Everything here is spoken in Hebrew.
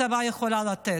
מה שהצבא יכול לתת,